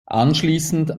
anschließend